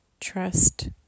Trust